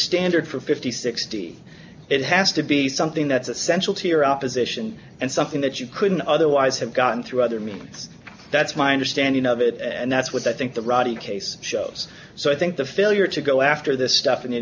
standard for fifty sixty it has to be something that's essential to your opposition and something that you couldn't otherwise have gotten through other means that's my understanding of it and that's what i think the rotty case shows so i think the failure to go after this stuff in the